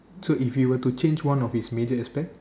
so if you were to change one of his major aspect